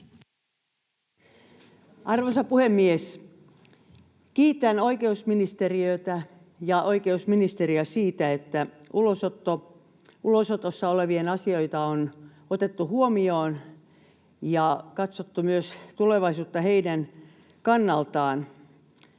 Arvoisa puhemies! Kiitän oikeusministeriötä ja oikeusministeriä siitä, että ulosotossa olevien asioita on otettu huomioon ja katsottu myös tulevaisuutta heidän kannaltaan,